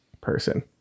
person